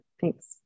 Thanks